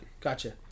Gotcha